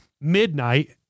midnight